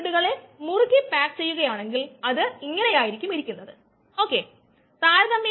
ഞാൻ എന്താണ് സംസാരിക്കുന്നതെന്ന് നിങ്ങൾക്ക് അറിയില്ലെങ്കിൽ അതിനെക്കുറിച്ച് വിഷമിക്കേണ്ട